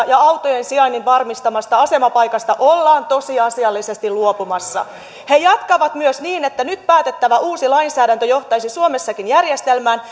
ja autojen sijainnin varmistavasta asemapaikasta ollaan tosiasiallisesti luopumassa he jatkavat myös sanomalla että nyt päätettävä uusi lainsäädäntö johtaisi suomessakin järjestelmään